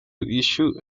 issue